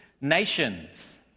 Nations